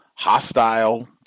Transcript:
hostile